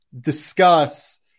discuss